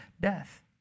death